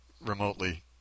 remotely